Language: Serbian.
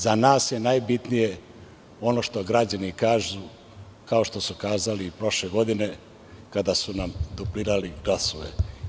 Za nas je najbitnije ono što građani kažu, kao što su kazali i prošle godine kada su nam duplirali glasove.